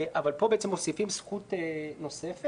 אבל פה בעצם מוסיפים זכות נוספת,